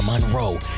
Monroe